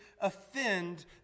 offend